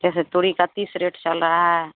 जैसे तुरई का तीस रेट चल रहा है